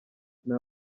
nta